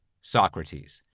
Socrates